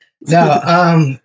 no